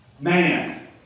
man